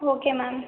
okay ma'am